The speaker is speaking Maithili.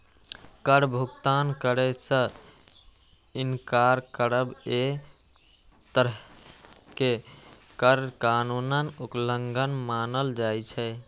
कर भुगतान करै सं इनकार करब एक तरहें कर कानूनक उल्लंघन मानल जाइ छै